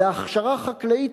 להכשרה חקלאית,